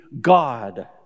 God